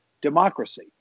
democracy